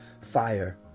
fire